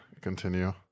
continue